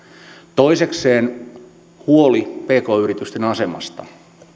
sitten huoli pk yritysten asemasta